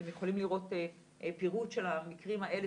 אתם יכולים לראות פירוט של המקרים האלה